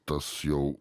tas jau